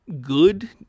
good